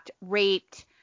raped